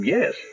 Yes